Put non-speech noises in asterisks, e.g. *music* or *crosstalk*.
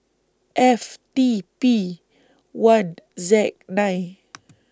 F T P one Z nine *noise*